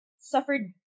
suffered